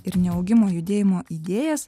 ir neaugimo judėjimo idėjas